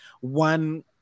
one